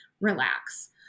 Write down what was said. relax